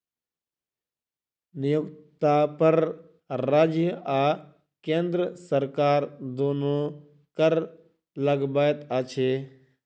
नियोक्ता पर राज्य आ केंद्र सरकार दुनू कर लगबैत अछि